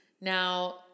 Now